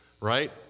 Right